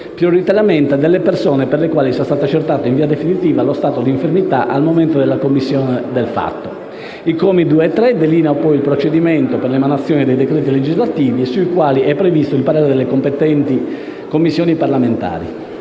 prioritariamente delle persone per le quali sia stato accertato in via definitiva lo stato di infermità al momento della commissione del fatto. I commi 2 e 3 delineano poi il procedimento per l'emanazione dei decreti legislativi, sui quali è previsto il parere delle competenti Commissioni parlamentari.